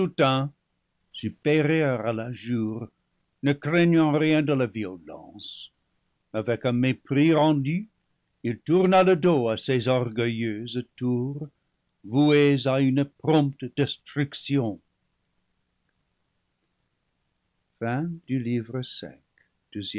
supérieur à l'injure ne craignant rien de la violence avec un mépris rendu il tourna le dos à ces orgueilleuses tours vouées à une prompte destruction